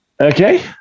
Okay